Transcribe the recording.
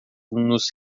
nos